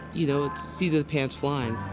you know, it's seat of the pants flying.